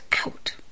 out